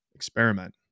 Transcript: experiment